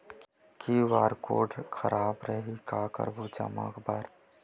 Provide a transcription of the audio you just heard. QR code हा खराब रही का करबो जमा बर?